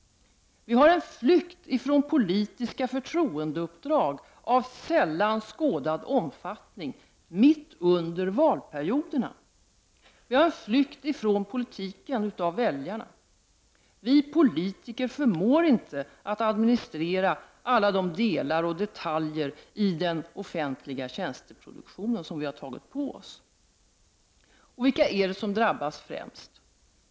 Vi har en flykt från politiska förtroendeuppdrag av sällan skådad omfattning mitt under valperioderna. Vi ser hur väljarna flyr från politiken. Vi politiker förmår inte att administrera alla de delar och detaljer i den offentliga tjänsteproduktionen som vi har tagit på oss. Och vilka är det som drabbas främst?